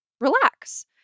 relax